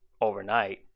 overnight